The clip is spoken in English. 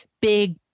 big